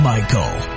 Michael